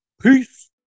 Peace